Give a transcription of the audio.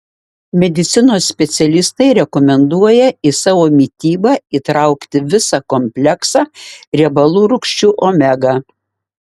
medicinos specialistai rekomenduoja į savo mitybą įtraukti visą kompleksą riebalų rūgščių omega